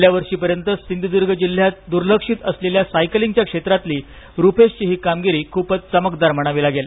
गेल्यावर्षी पर्यंत सिंधुद्र्ग जिल्ह्यात दुर्लक्षित असलेल्या सायकलिंगच्या क्षेत्रातली रुपेशची ही कामगिरी खूपच चमकदार म्हणावी लागेल